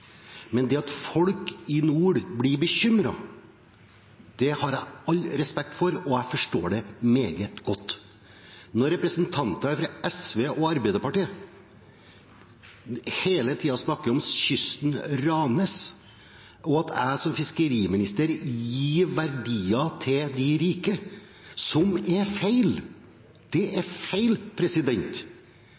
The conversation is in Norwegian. Men det at folk i nord blir bekymret, har jeg all respekt for, og jeg forstår det meget godt. Når representanter fra SV og Arbeiderpartiet hele tiden snakker om at kysten ranes, og at jeg som fiskeriminister gir verdier til de rike, som er feil – det er feil!